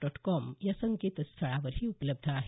dot com या संकेतस्थळावरही उपलब्ध आहे